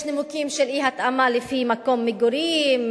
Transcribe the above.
יש נימוקים של אי-התאמה לפי מקום מגורים,